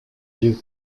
yeux